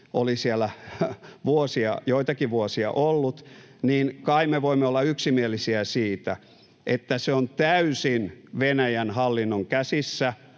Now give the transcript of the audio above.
oli siellä joitakin vuosia ollut, niin kai me voimme olla yksimielisiä siitä, että on täysin ollut Venäjän hallinnon käsissä,